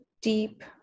deep